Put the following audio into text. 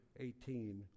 18